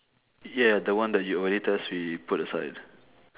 ya the one that you already test we put aside